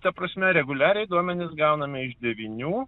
ta prasme reguliariai duomenis gauname iš devynių